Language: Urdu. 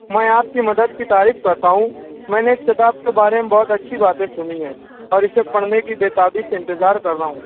میں آپ کی مدد کی تعریف کرتا ہوں میں نے اِس کتاب کے بارے میں بہت اچھی باتیں سُنی ہیں اور اِسے پڑھنے کی بے تابی سے اِنتظار کر رہا ہوں